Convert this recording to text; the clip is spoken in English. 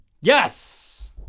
Yes